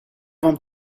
вам